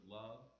love